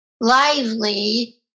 lively